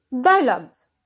dialogues